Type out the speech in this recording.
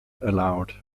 allowed